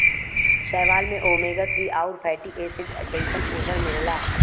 शैवाल में omega three आउर फैटी एसिड जइसन पोषण मिलला